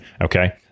Okay